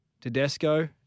Tedesco